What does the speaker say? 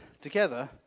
together